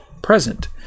present